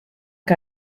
que